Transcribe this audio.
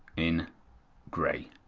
in gray,